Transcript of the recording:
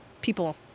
people